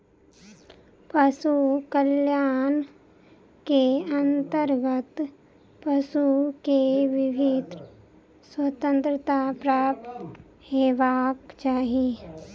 पशु कल्याण के अंतर्गत पशु के विभिन्न स्वतंत्रता प्राप्त हेबाक चाही